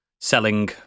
selling